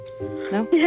No